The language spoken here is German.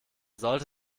sollte